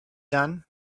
done